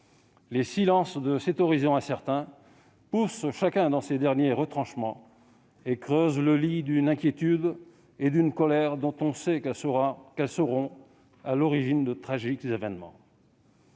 Les silences de cet horizon incertain poussent chacun dans ses derniers retranchements et creusent le lit d'une inquiétude et d'une colère dont on sait qu'elles seront à l'origine de tragiques événements.